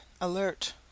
alert